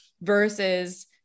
versus